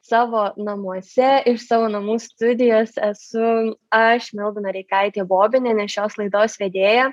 savo namuose iš savo namų studijos esu aš milda noreikaitė bobinienė šios laidos vedėja